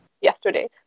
yesterday